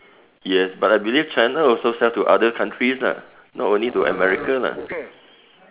yes but I believe China also sell to other countries lah not only to America lah